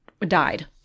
Died